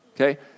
okay